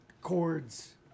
chords